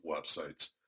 websites